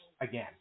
again